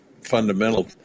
fundamental